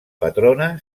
patrona